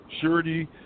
surety